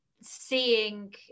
seeing